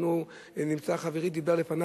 דיבר לפני